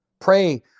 Pray